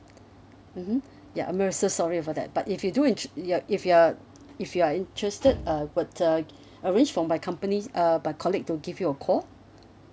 mmhmm ya I'm uh so sorry for that but if you do intr~ you're if you're if you are interested uh were uh arrange for my companies uh my colleague to give you a call